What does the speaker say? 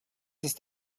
ist